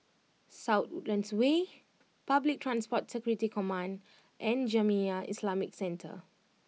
South Woodlands Way Public Transport Security Command and Jamiyah Islamic Centre